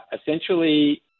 essentially